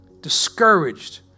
discouraged